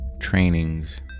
trainings